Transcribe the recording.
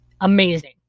Amazing